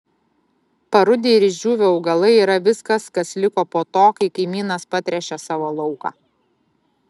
parudę ir išdžiūvę augalai yra viskas kas liko po to kai kaimynas patręšė savo lauką